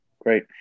Great